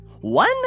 One